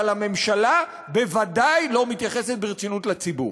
אבל הממשלה בוודאי לא מתייחסת ברצינות לציבור.